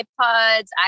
iPods